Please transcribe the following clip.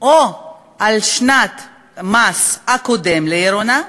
או על שנת המס הקודמת להריונה,